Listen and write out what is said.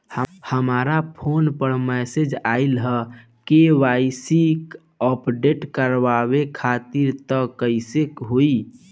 हमरा फोन पर मैसेज आइलह के.वाइ.सी अपडेट करवावे खातिर त कइसे होई?